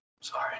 Sorry